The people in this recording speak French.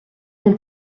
mon